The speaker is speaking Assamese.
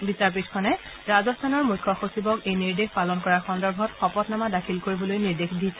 বিচাৰপীঠখনে ৰাজস্থানৰ মুখ্য সচিবক এই নিৰ্দেশ পালন কৰা সন্দৰ্ভত শপতনামা দাখিল কৰিবলৈ নিৰ্দেশ দিছে